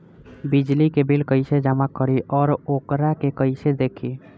बिजली के बिल कइसे जमा करी और वोकरा के कइसे देखी?